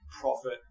profit